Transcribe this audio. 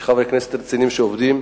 יש חברי כנסת רציניים שעובדים,